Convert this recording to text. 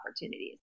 opportunities